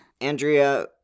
Andrea